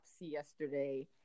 yesterday